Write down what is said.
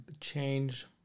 change